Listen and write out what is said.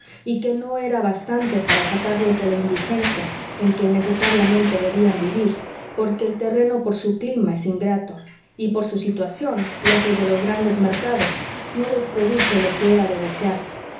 y que no era bastante para sacarlos de la indigencia en que necesariamente debían vivir porque el terreno por su clima es ingrato y por su situación lejos de los grandes mercados no les produce lo que era de desear